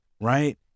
Right